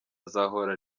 azahora